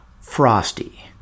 frosty